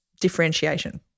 differentiation